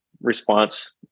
response